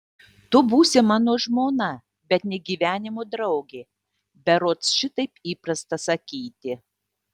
tu būsi mano žmona bet ne gyvenimo draugė berods šitaip įprasta sakyti